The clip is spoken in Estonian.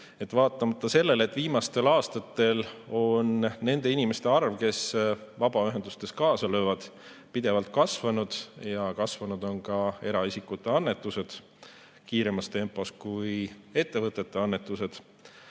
Vaatamata sellele, et viimastel aastatel on nende inimeste arv, kes vabaühendustes kaasa löövad, pidevalt kasvanud ja ka eraisikute annetused on suurenenud kiiremas tempos kui ettevõtete omad,